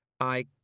I